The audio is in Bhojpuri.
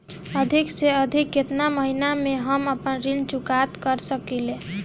अधिक से अधिक केतना महीना में हम आपन ऋण चुकता कर सकी ले?